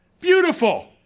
Beautiful